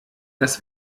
das